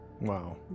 Wow